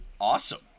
awesome